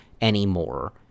anymore